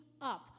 up